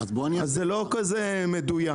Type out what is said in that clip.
אז זה לא כזה מדויק.